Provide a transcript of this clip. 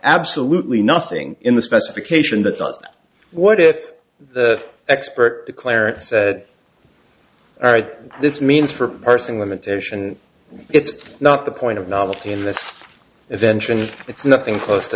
absolutely nothing in the specification that's not what it expert declarant said all right this means for parsing limitation it's not the point of novelty in this eventually it's nothing close to